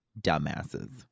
Dumbasses